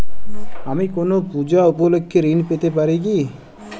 আমি কোনো পূজা উপলক্ষ্যে ঋন পেতে পারি কি?